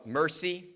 mercy